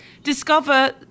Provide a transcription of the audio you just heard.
Discover